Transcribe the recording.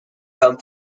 home